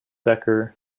decker